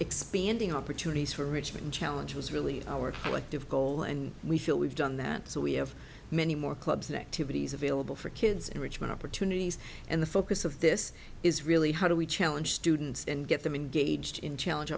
expanding opportunities for richmond challenge was really our collective goal and we feel we've done that so we have many more clubs neck to bodies available for kids enrichment opportunities and the focus of this is really how do we challenge students and get them engaged in challenge